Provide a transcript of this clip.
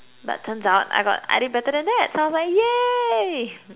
but turns out I got I did better than that so I was like !yay!